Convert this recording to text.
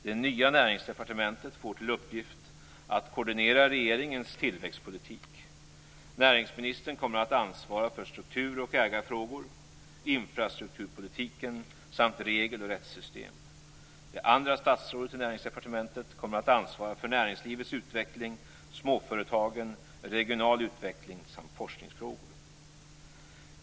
Det nya näringsdepartementet får till uppgift att koordinera regeringens tillväxtpolitik. Näringsministern kommer att ansvara för struktur och ägarfrågor, infrastrukturpolitiken samt regel och rättssystem. Det andra statsrådet i Näringsdepartementet kommer att ansvara för näringslivets utveckling, småföretagen, regional utveckling samt forskningsfrågor.